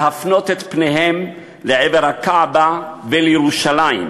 להפנות את פניהם לעבר ה"כעבה" ולירושלים,